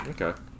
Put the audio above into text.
Okay